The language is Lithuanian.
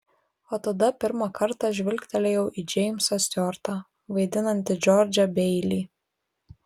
o tada pirmą kartą žvilgtelėjau į džeimsą stiuartą vaidinantį džordžą beilį